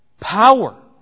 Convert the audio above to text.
power